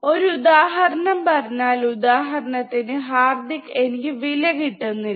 ഒരുദാഹരണം പറഞ്ഞാൽ ഉദാഹരണത്തിന് ഹാർദിക് എനിക്ക് വില കിട്ടുന്നില്ല